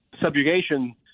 subjugation